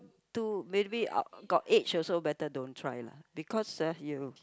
too maybe uh got age also better don't try lah because ah you